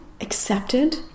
accepted